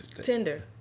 Tinder